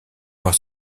avoir